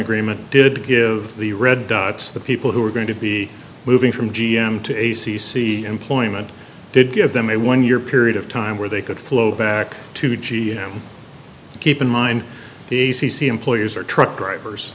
agreement did give the red dots the people who were going to be moving from g m to a c c employment did give them a one year period of time where they could flow back to g m keep in mind the a c c employees are truck drivers